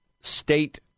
state